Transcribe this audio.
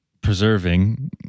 preserving